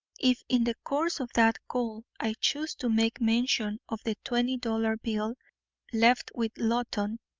if in the course of that call i choose to make mention of the twenty-dollar bill left with loton,